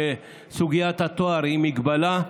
שסוגיית התארים היא מגבלה.